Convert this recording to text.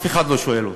אף אחד לא שואל אותו.